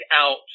out